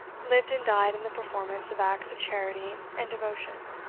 lived and died in the performance of acts of charity and devotion.